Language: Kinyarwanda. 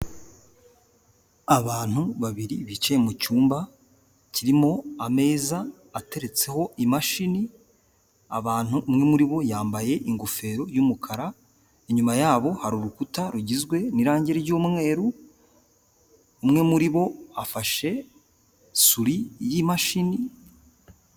Abantu babiri bicaye mu cyumba kirimo ameza ateretseho imashini, abantu umwe muri bo yambaye ingofero y'umukara, inyuma yabo hari urukuta rugizwe n'irangi ry'umweru, umwe muri bo afashe suri y'imashini.